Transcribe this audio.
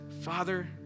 Father